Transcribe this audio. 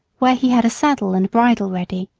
where he had a saddle and bridle ready.